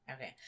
Okay